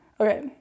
Okay